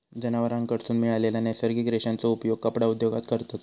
जनावरांकडसून मिळालेल्या नैसर्गिक रेशांचो उपयोग कपडा उद्योगात करतत